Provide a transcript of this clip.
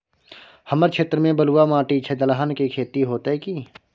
हमर क्षेत्र में बलुआ माटी छै, दलहन के खेती होतै कि?